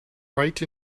right